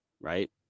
right